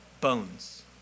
bones